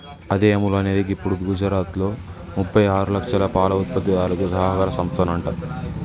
అదే అముల్ అనేది గిప్పుడు గుజరాత్లో ముప్పై ఆరు లక్షల పాల ఉత్పత్తిదారుల సహకార సంస్థనంట